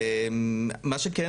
מה שכן,